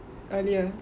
earlier